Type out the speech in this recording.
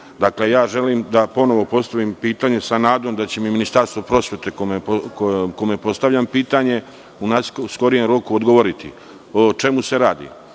ja želim da ponovo postavim pitanje sa nadom da će mi Ministarstvo prosvete kome postavljam pitanje u najskorijem roku odgovoriti. O čemu se radi?